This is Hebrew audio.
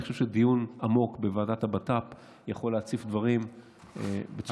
אני חושב שדיון עמוק בוועדת הבט"פ יכול להציף דברים בצורה טובה.